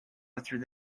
through